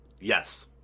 Yes